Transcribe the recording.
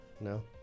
no